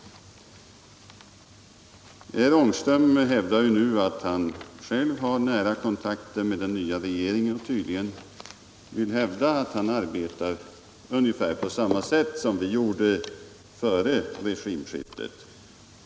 SEE ASKA RSS Nu hävdar herr Ångström att han själv har nära kontakter med den Om sysselsättnings nya regeringen, och han vill tydligen tala om att han arbetar ungefär problemen i på samma sätt som vi gjorde före regimskiftet.